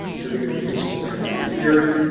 which i think is a useful thing to do here,